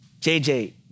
JJ